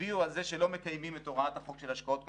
הצביעו על זה שלא מקיימים את החוק של השקעות קונסטרוקטיביות,